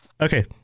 Okay